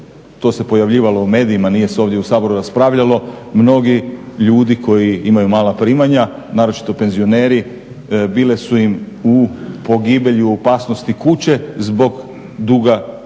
to se pojavljivalo u medijima, nije se ovdje u Saboru raspravljalo, mnogi ljudi koji imaju mala primanja, naročito penzioneri bile su im u pogibelju, opasnosti kuće zbog duga tv